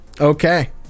Okay